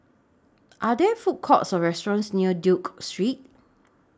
Are There Food Courts Or restaurants near Duke Street